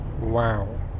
wow